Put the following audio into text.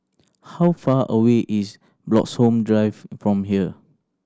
how far away is Bloxhome Drive from here